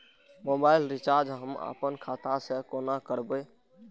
Mobile recharge हम आपन खाता से कोना करबै?